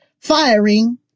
firing